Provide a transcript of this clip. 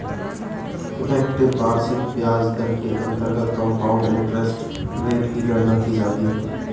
effective वार्षिक ब्याज दर के अंतर्गत कंपाउंड इंटरेस्ट रेट की गणना की जाती है